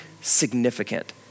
significant